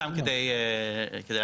סתם כדי להבהיר.